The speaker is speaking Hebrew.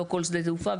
לא כל שדה תעופה.